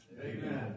Amen